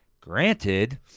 granted